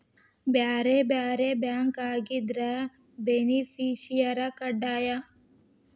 ಬ್ಯಾರೆ ಬ್ಯಾರೆ ಬ್ಯಾಂಕ್ ಆಗಿದ್ರ ಬೆನಿಫಿಸಿಯರ ಕಡ್ಡಾಯ